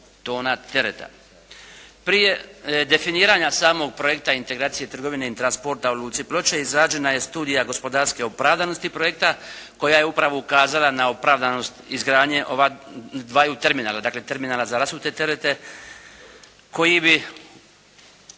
tona tereta. Prije definiranja samog projekta integracije trgovine i transporta u Luci Ploče izrađena je studija gospodarske opravdanosti projekta koja je upravo ukazala na opravdanost izgradnje ova dvaju terminala. Dakle terminala za rasute terete koji bi